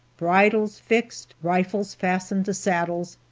bridles fixed rifles fastened to saddles,